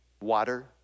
Water